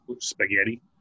spaghetti